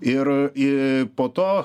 ir į po to